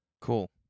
cool